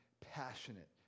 passionate